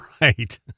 Right